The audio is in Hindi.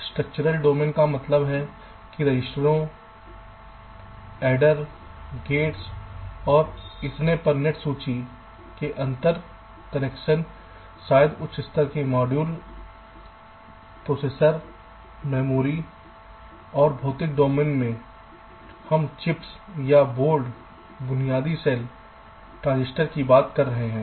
स्ट्रक्चरल डोमेन का मतलब कि रजिस्टरों एडर गेट्स और इतने पर नेट सूची के अंतर कनेक्शन शायद उच्च स्तर के मॉड्यूल प्रोसेसर मेमोरी और भौतिक डोमेन में हम चिप्स या बोर्ड बुनियादी सेल ट्रांजिस्टर की बात बात कर रहे हैं